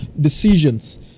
decisions